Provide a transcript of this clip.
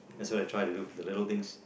that's what I try to do the little things